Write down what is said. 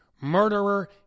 murderer